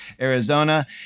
Arizona